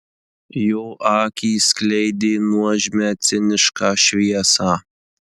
jo akys skleidė nuožmią cinišką šviesą